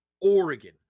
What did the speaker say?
Oregon